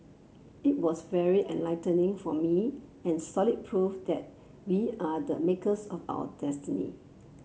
it was very enlightening for me and solid proof that we are the makers of our destiny